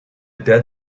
dead